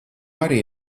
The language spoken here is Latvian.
arī